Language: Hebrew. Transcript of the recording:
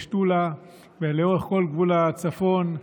בשתולה ולאורך כל גבול הצפון.